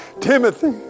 Timothy